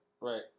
Right